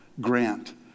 grant